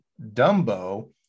Dumbo